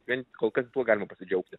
bent kol kas tuo galima pasidžiaugti